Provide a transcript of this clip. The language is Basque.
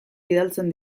bidaltzen